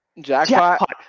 Jackpot